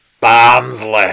Barnsley